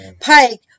Pike